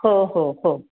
हो हो हो